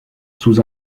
sous